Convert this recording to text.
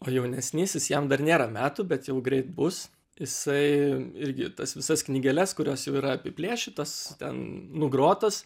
o jaunesnysis jam dar nėra metų bet jau greit bus jisai irgi tas visas knygeles kurios jau yra apiplėšytos ten nugrotos